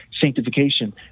sanctification